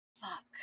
Fuck